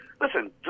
Listen